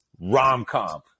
rom-com